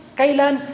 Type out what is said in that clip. kailan